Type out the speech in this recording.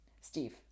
Steve